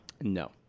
No